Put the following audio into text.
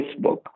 Facebook